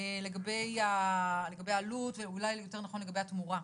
לגבי עלות ואולי יותר נכון לגבי התמורה.